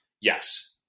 yes